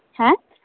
ᱦᱮᱸ